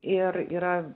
ir yra